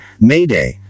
mayday